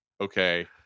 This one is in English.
okay